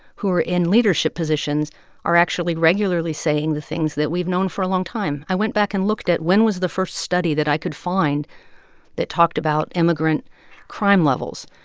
who are in leadership positions are actually regularly saying the things that we've known for a long time i went back and looked at when was the first study that i could find that talked about immigrant crime levels.